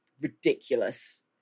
ridiculous